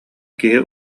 киһи